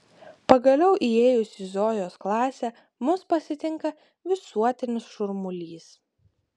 pagaliau įėjus į zojos klasę mus pasitinka visuotinis šurmulys